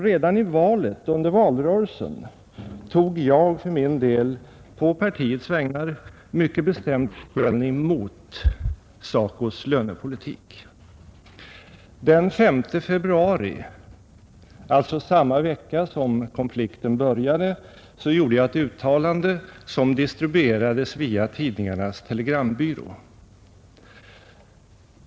Redan under valrörelsen tog jag för min del på partiets vägnar mycket bestämt ställning mot SACO:s lönepolitik. Den 5 februari, alltså samma vecka som konflikten började, gjorde jag ett uttalande som distribuerades via Tidningarnas Telegrambyrå.